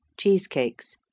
Cheesecakes